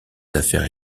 affaires